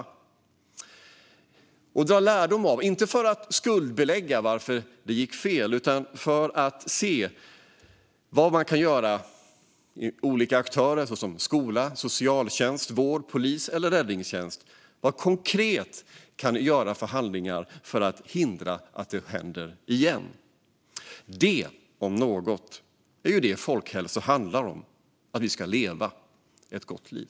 Vi behöver dra lärdom, inte för att skuldbelägga för att det gick fel, utan för att se vad olika aktörer såsom skola, socialtjänst, vård, polis eller räddningstjänst konkret kan göra för att hindra att det händer igen. Det om något är vad folkhälsa handlar om - att vi ska leva ett gott liv.